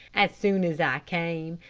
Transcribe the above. as soon as i came,